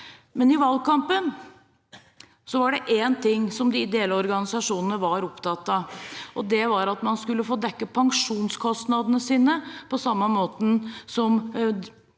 i valgkampen var det én ting de ideelle organisasjonene var opptatt av. Det var at man skulle få dekket pensjonskostnadene sine på samme måte som